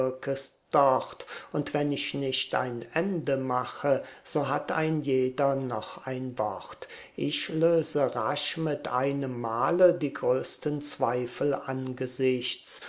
und wenn ich nicht ein ende mache so hat ein jeder noch ein wort ich löse rasch mit einem male die größten zweifel angesichts